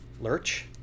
Lurch